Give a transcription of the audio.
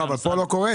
אבל כאן זה לא קורה.